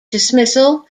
dismissal